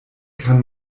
kann